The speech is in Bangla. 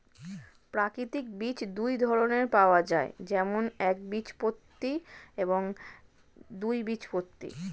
প্রাকৃতিক বীজ দুই ধরনের পাওয়া যায়, যেমন একবীজপত্রী এবং দুই বীজপত্রী